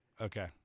Okay